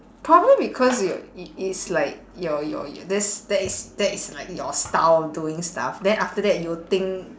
problem because you it's like your your y~ that's that is that is like your style doing stuff then after that you'll think